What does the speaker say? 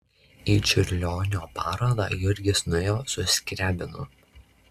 į čiurlionio parodą jurgis nuėjo su skriabinu